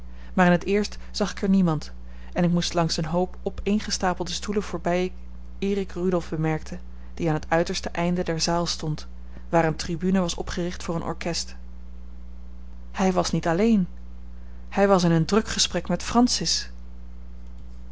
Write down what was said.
maar in t eerst zag ik er niemand en ik moest langs een hoop opeengestapelde stoelen voorbij eer ik rudolf bemerkte die aan het uiterste einde der zaal stond waar een tribune was opgericht voor een orchest hij was niet alleen hij was in een druk gesprek met francis